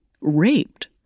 raped